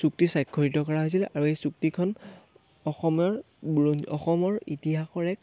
চুক্তি সাক্ষৰিত কৰা হৈছিল আৰু এই চুক্তিখন অসমৰ বুৰ অসমৰ ইতিহাসৰ এক